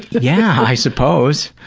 yeah i suppose.